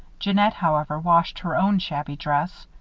jeannette, however, washed her own shabby dress.